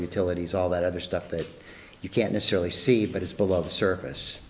utilities all that other stuff that you can't necessarily see but it's below the surface